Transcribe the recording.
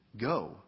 go